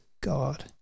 God